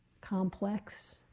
complex